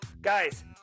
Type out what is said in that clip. guys